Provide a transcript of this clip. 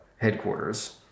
headquarters